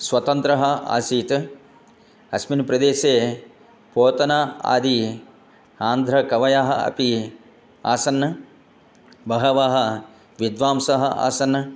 स्वतन्त्रः आसीत् अस्मिन् प्रदेशे पोतना आदि आन्ध्रकवयः अपि आसन् बहवः विद्वांसः आसन्